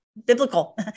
Biblical